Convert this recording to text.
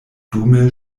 dume